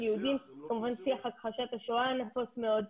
שיח הכחשת השואה נפוץ מאוד.